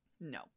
no